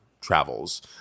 travels